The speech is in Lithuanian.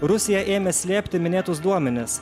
rusija ėmė slėpti minėtus duomenis